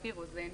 אפי רוזן,